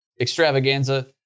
Extravaganza